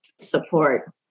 support